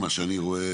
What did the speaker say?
לפחות מה שאני רואה,